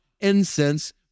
Incense